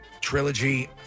trilogy